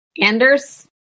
Anders